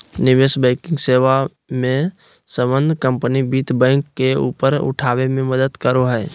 निवेश बैंकिंग सेवा मे सम्बद्ध कम्पनी वित्त बैंक के ऊपर उठाबे मे मदद करो हय